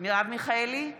מרב מיכאלי,